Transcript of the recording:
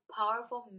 powerful